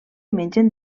mengen